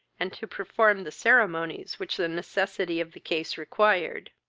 and to perform the ceremonies which the necessity of the case required.